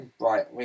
Right